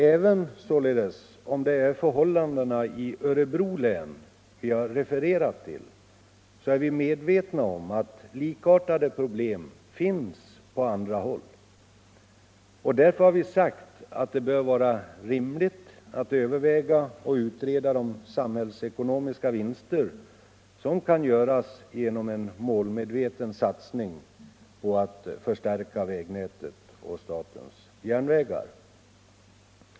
Även om det är förhållandena i Örebro län vi refererat till, är vi således medvetna om att likartade problem finns på andra håll. Därför har vi sagt att det bör vara rimligt att överväga och utreda de samhällsekonomiska vinster som kan göras genom en målmedveten satsning på att förstärka vägnätet och statens järnvägar.